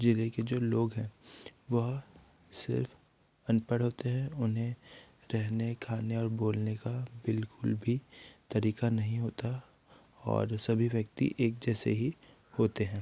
ज़िले के जो लोग हैं वह सिर्फ अनपढ़ होते हैं उन्हे रहने खाने और बोलने का बिल्कुल भी तरीका नहीं होता और सभी व्यक्ति एक जैसे ही होते हैं